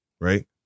right